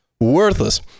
Worthless